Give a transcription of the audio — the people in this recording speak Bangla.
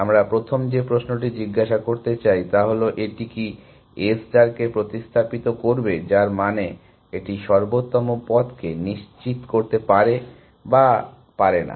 আমরা প্রথম যে প্রশ্নটি জিজ্ঞাসা করতে চাই তা হল এটি কি A ষ্টার কে প্রতিস্থাপিত করবে যার মানে এটি সর্বোত্তম পথকে নিশ্চিত করতে পারে বা না পারে না